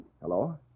Hello